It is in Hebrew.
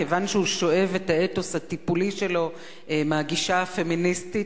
כיוון שהוא שואב את האתוס הטיפולי שלו מהגישה הפמיניסטית,